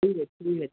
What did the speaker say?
ਠੀਕ ਹੈ ਠੀਕ ਹੈ